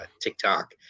TikTok